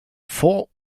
vor